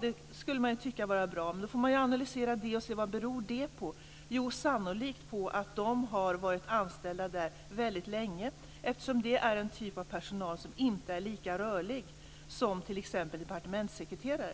Det skulle man kunna tycka är bra, men man får analysera det och se vad det beror på. Ja, sannolikt beror det på att kvinnorna har varit anställda där väldigt länge, eftersom det är en typ av personal som inte är lika rörlig som t.ex. departementssekreterarna.